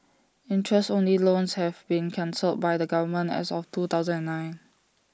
interest only loans have been cancelled by the government as of two thousand and nine